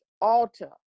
altar